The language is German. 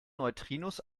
neutrinos